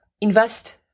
invest